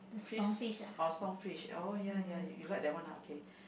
fish oh Song Fish oh ya ya you like that one ah okay